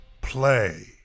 play